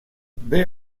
they